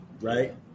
Right